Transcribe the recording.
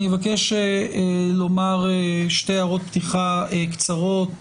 אני מבקש לומר שלוש הערות פתיחה קצרות,